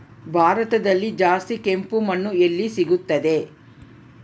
ಭಾರತದಲ್ಲಿ ಜಾಸ್ತಿ ಕೆಂಪು ಮಣ್ಣು ಎಲ್ಲಿ ಸಿಗುತ್ತದೆ?